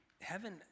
heaven